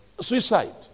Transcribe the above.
suicide